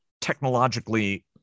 technologically